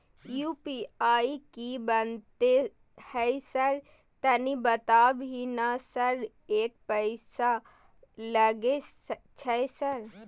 UPI की बनते है सर तनी बता भी ना सर एक पैसा लागे छै सर?